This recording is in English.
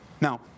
Now